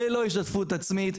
ללא השתתפות עצמית,